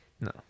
No